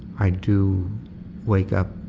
i do wake up